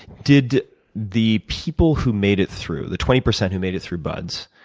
did the people who made it through, the twenty percent who made it through bud